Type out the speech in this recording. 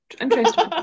interesting